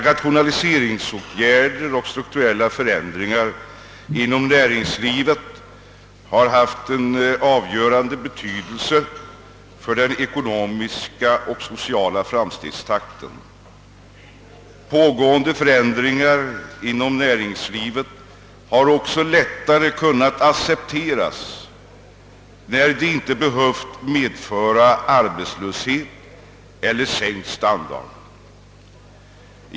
Rationaliseringsåtgärder och strukturella förändringar inom näringslivet har haft en avgörande betydelse för den ekonomiska och sociala framstegstakten. Pågående förändringar inom näringslivet har också lättare kunnat accepteras, när de inte behövt medföra arbetslöshet eller sänkt standard.